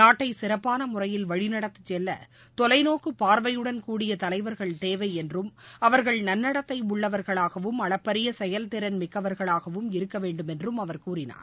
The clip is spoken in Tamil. நாட்டை சிறப்பான முறையில் வழிநடத்தி செல்ல தொலைநோக்கு பார்வையுடன் கூடிய தலைவர்கள் தேவை என்றும் அவர்கள் நன்னடத்தை உள்ளவர்களாகவும் அளப்பரிய செயல்திறன் மிக்கவர்களாகவும் இருக்க வேண்டும் என்றும் அவர் கூறினார்